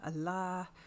Allah